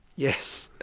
yes.